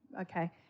okay